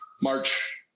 March